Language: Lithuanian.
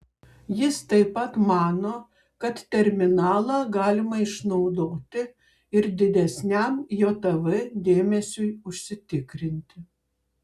jis taip pat mano kad terminalą galima išnaudoti ir didesniam jav dėmesiui užsitikrinti